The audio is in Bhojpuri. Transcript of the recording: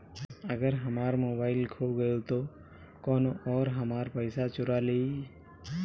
अगर हमार मोबइल खो गईल तो कौनो और हमार पइसा चुरा लेइ?